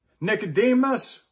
Nicodemus